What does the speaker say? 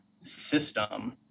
system